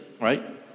right